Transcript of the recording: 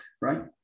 right